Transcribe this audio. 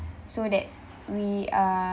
so that we are